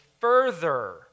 further